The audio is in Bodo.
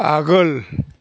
आगोल